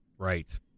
Right